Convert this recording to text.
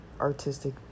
artistic